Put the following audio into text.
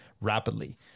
rapidly